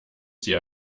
sie